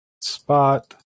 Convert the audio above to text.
spot